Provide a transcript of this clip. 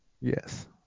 Yes